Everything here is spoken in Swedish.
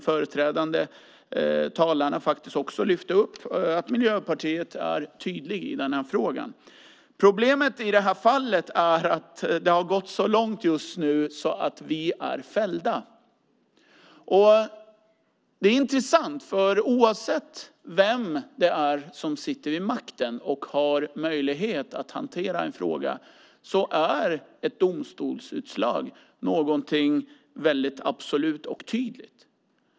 Föregående talare har också lyft upp att Miljöpartiet är tydligt i denna fråga. Problemet i detta fall är att det har gått så långt att Sverige har blivit fällt. Det är intressant. Oavsett vem som sitter vid makten och har möjlighet att hantera en fråga är ett domstolsutslag något väldigt absolut och tydligt.